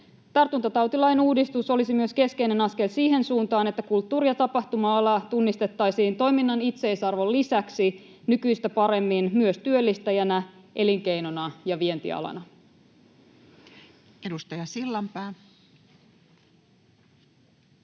Tartuntatautilain uudistus olisi myös keskeinen askel siihen suuntaan, että kulttuuri- ja tapahtuma-ala tunnistettaisiin toiminnan itseisarvon lisäksi nykyistä paremmin myös työllistäjänä, elinkeinona ja vientialana. [Speech